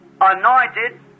Anointed